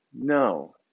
No